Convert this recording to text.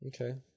Okay